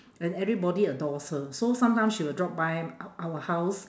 and everybody adores her so sometimes she will drop by our our house